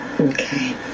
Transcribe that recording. okay